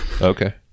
Okay